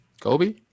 Kobe